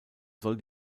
soll